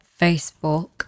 Facebook